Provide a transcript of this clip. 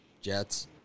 Jets